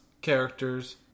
characters